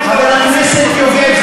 חבר הכנסת יוגב,